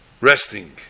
resting